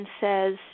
says